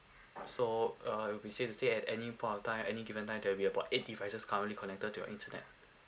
so uh we say at any point of time any given time there will be about eighty devices currently connected to your internet